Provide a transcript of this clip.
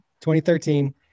2013